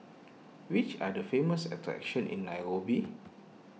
which are the famous attractions in Nairobi